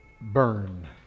burn